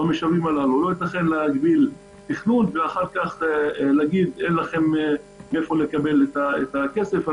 לא ייתכן להגביל תכנון ואז לומר: אין לכם מאיפה לקבל את הכסף.